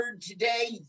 today